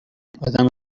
آدم